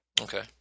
Okay